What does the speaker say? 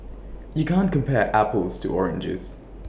you can't compare apples to oranges